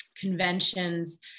Conventions